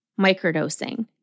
microdosing